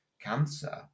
cancer